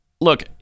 Look